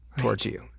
towards you.